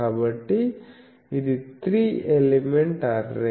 కాబట్టి ఇది త్రి ఎలిమెంట్ అర్రే